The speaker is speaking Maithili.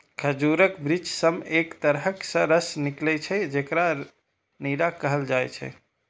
खजूरक वृक्ष सं एक तरहक रस निकलै छै, जेकरा नीरा कहल जाइ छै